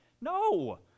No